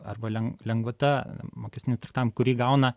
arba lenk lengvata mokestinė tvir tam kurį gauna